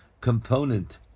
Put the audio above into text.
component